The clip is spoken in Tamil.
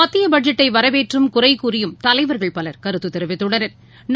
மத்திய பட்ஜெட்டை வரவேற்றும் குறை கூறியும் தலைவா்கள் பல் கருத்து தெரிவித்துள்ளனா்